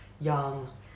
young